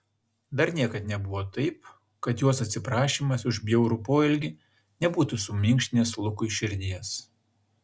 dar niekad nebuvo taip kad jos atsiprašymas už bjaurų poelgį nebūtų suminkštinęs lukui širdies